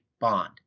bond